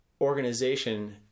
organization